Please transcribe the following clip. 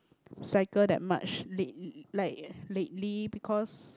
cycle that much late like lately because